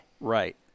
Right